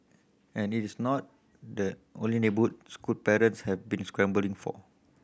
and it is not the only school parents had been scrambling for